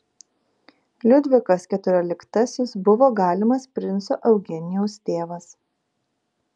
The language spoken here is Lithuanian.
liudvikas keturioliktasis buvo galimas princo eugenijaus tėvas